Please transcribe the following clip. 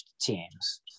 teams